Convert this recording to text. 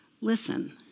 listen